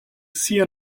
sia